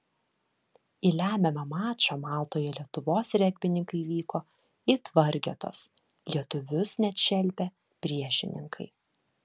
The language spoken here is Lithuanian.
į lemiamą mačą maltoje lietuvos regbininkai vyko it vargetos lietuvius net šelpė priešininkai